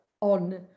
on